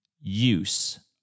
use